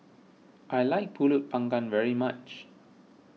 I like Pulut Panggang very much